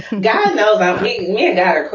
guys know about me. me and i are cool.